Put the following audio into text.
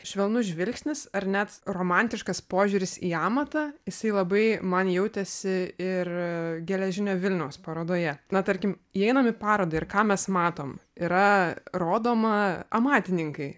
švelnus žvilgsnis ar net romantiškas požiūris į amatą jisai labai man jautėsi ir geležinio vilniaus parodoje na tarkim įeinam į parodą ir ką mes matom yra rodoma amatininkai